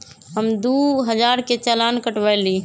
हम दु हजार के चालान कटवयली